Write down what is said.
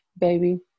baby